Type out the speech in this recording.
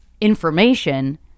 information